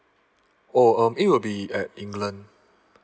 oh um it will be at england